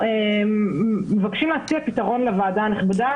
אנחנו מבקשים להציע פתרון לוועדה הנכבדה